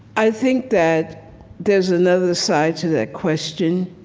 i think that there's another side to that question.